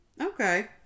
Okay